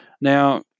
Now